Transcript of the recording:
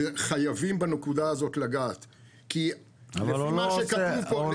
חייבים לגעת בנקודה הזאת -- אבל הוא לא עושה